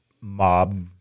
mob